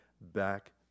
back